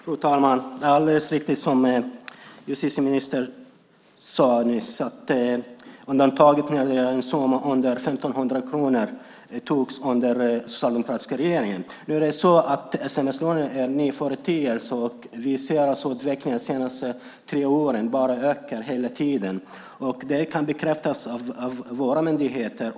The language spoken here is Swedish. Fru talman! Det är alldeles riktigt som justitieministern sade nyss. Undantaget för summor under 1 500 kronor bestämdes under den socialdemokratiska regeringens tid. Sms-lånen är en ny företeelse. Vi har sett av utvecklingen de senaste tre åren att de ökar hela tiden. Det kan bekräftas av våra myndigheter.